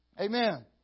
Amen